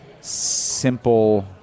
simple